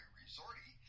resorty